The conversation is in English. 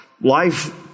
life